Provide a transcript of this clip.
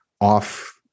off